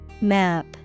Map